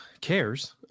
cares